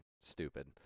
stupid